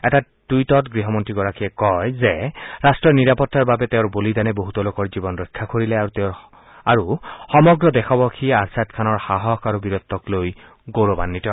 এটা টুইটত গৃহমন্ত্ৰীগৰাকীয়ে কয় যে ৰাট্টৰ নিৰাপত্তাৰ বাবে তেওঁৰ বলিদানে বহুতো লোকৰ জীৱন ৰক্ষা কৰিলে আৰু সমগ্ৰ দেশবাসী আৰ্ছাদ খানৰ সাহস আৰু বীৰত্বৰ প্ৰতি গৌৰৱাঘিত